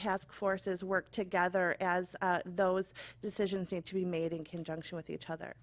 task forces work together as those decisions need to be made in conjunction with each other